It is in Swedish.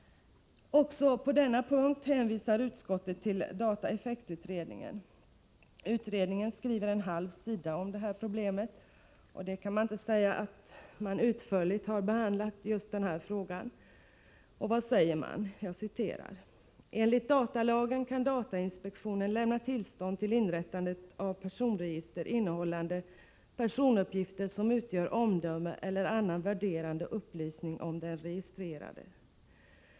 Även på denna punkt hänvisar utskottet till dataeffektutredningen. Utredningen skriver en halv sida om detta problem, och det kan ju inte sägas att man utförligt har behandlat just denna fråga. Vad säger man då? Jo, så här: ”Enligt datalagen kan datainspektionen lämna tillstånd till inrättandet av personregister innehållande personuppgifter som utgör omdöme eller annan värderande upplysning om den registrerade.